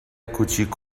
کوچیک